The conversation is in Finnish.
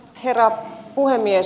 herra puhemies